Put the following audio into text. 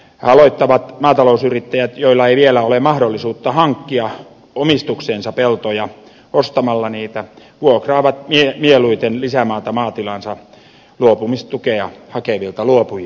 aloittavat maatalousyrittäjät joilla ei vielä ole mahdollisuutta hankkia omistukseensa peltoja ostamalla niitä vuokraavat mieluiten lisämaata maatilaansa luopumistukea hakevilta luopujilta